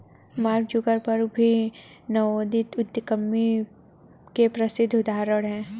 mark Zuckerberg भी नवोदित उद्यमियों के प्रसिद्ध उदाहरण हैं